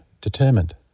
determined